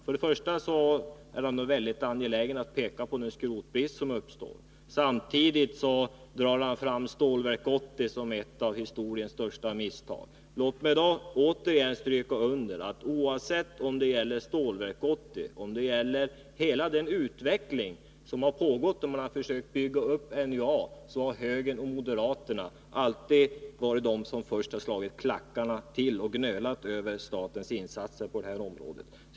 Först och främst är han väldigt angelägen att peka på den skrotbrist som kommer att uppstå. Samtidigt drar han fram Stålverk 80 som ett av historiens största misstag. Låt mig återigen stryka under att vare sig det gällt Stålverk 80 eller det gällt hela den utveckling som pågått och där man försökt bygga upp NJA, så har högern och moderaterna alltid varit först att slå klackarna i marken och gnöla i protest över statens insatser.